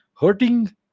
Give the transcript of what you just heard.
hurting